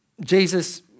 Jesus